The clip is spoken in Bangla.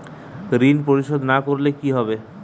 ঋণ পরিশোধ না করলে কি হবে?